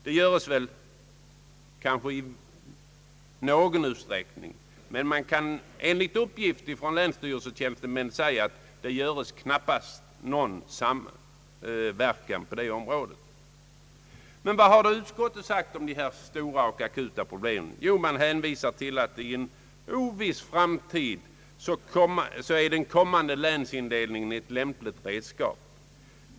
Det förekommer kanske i någon utsträckning, men enligt uppgift från tjänstemän vid länsstyrelser förekommer knappast någon samverkan på det området. Vad har då utskottet sagt om dessa stora och akuta problem? Man hänvisar till att i en oviss framtid är den kommande länsindelningen ett lämpligt redskap.